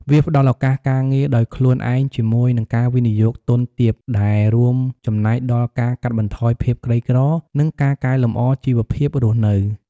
វាផ្តល់ឱកាសការងារដោយខ្លួនឯងជាមួយនឹងការវិនិយោគទុនទាប ដែលរួមចំណែកដល់ការកាត់បន្ថយភាពក្រីក្រ និងការកែលម្អជីវភាពរស់នៅ។